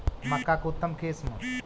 मक्का के उतम किस्म?